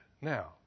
now